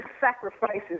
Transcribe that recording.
sacrifices